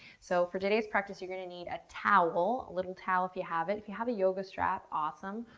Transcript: so, for today's practice, you're gonna need a towel, a little towel if you have it. if you have a yoga strap, awesome,